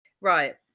Right